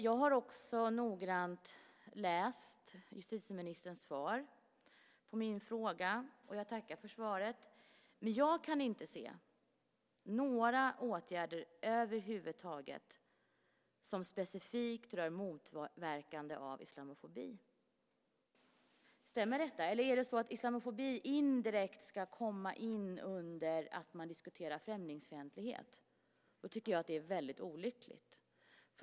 Jag har också noggrant läst justitieministerns svar på min fråga. Jag tackar för svaret. Jag kan inte se några åtgärder över huvud taget som specifikt rör motverkande av islamofobi. Stämmer det, eller ska islamofobi indirekt komma in under diskussionen om främlingsfientlighet? I så fall tycker jag att det är väldigt olyckligt.